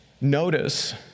Notice